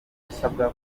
bisabwa